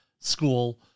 School